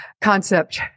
concept